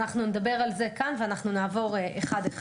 אנחנו נדבר על זה כאן ואנחנו נעבור אחד-אחד.